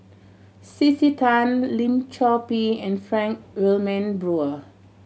C C Tan Lim Chor Pee and Frank Wilmin Brewer